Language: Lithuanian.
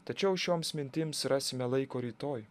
tačiau šioms mintims rasime laiko rytoj